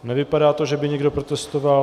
Nevypadá to, že by někdo protestoval.